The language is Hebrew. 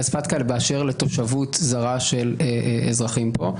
ופטקא באשר לתושבות זרה של אזרחים פה.